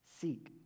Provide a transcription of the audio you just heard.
Seek